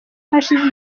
hashize